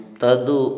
tadu